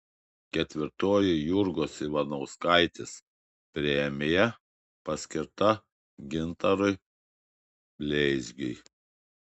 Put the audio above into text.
ketvirtoji jurgos ivanauskaitės premija paskirta gintarui bleizgiui